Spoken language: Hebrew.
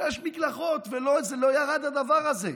שש מקלחות ולא ירד הדבר הזה.